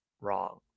wrong